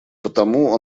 потому